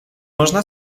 można